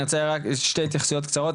שתי התייחסויות קצרות,